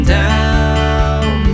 down